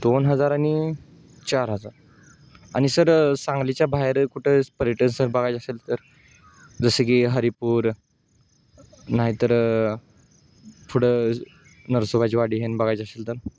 दोन हजार आणि चार हजार आणि सर सांंगलीच्या बाहेर कुठं पर्यटनस्थळ बघायचं असेल तर जसे की हरिपूर नाहीतर पुढं नरसोबाचीवाडी हे ना बघायचं असेल तर